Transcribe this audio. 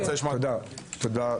תודה רבה.